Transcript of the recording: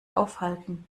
aufhalten